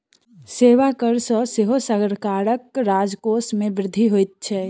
सेवा कर सॅ सेहो सरकारक राजकोष मे वृद्धि होइत छै